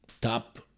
top